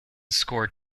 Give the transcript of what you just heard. scored